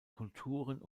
kulturen